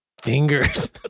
fingers